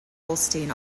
holstein